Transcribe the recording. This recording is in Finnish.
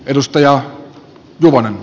edustaja ja nuon